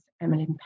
Emily